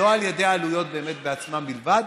לא על ידי העלויות עצמן בלבד.